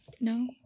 No